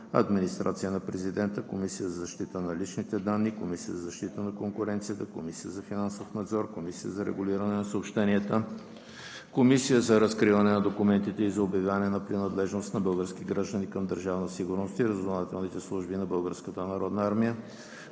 Администрацията на президента, Комисията за защита на личните данни, Комисията за защита на конкуренцията, Комисията за финансов надзор, Комисията за регулиране на съобщенията, Комисията за разкриване на документите и за обявяване на принадлежност на български граждани към Държавна сигурност и разузнавателните служби на